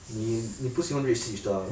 你你不喜欢 red switch 的 ah